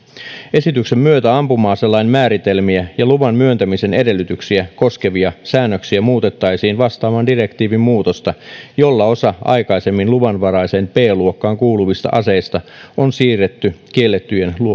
esityksen myötä ampuma aselain määritelmiä ja luvan myöntämisen edellytyksiä koskevia säännöksiä muutettaisiin vastaamaan direktiivin muutosta jolla osa aikaisemmin luvanvaraiseen b luokkaan kuuluneista aseista on siirretty kiellettyjen